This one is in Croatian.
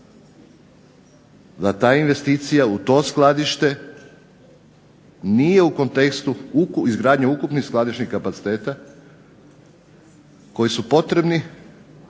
Da ta investicija u to skladište nije u kontekstu izgradnje ukupnih skladišnih kapaciteta, koji su potrebni